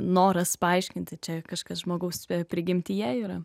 noras paaiškinti čia kažkas žmogaus prigimtyje yra